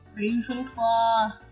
Ravenclaw